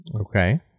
Okay